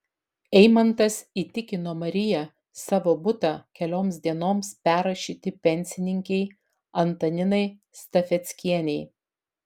eimantas įtikino mariją savo butą kelioms dienoms perrašyti pensininkei antaninai stafeckienei